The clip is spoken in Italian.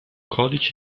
codice